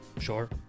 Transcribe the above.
Sure